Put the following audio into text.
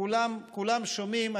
כולם שומעים,